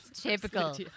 Typical